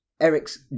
Eric's